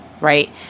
right